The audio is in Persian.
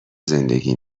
زندگی